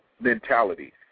mentality